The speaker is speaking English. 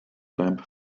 lamp